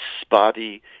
spotty